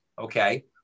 okay